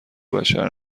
بشر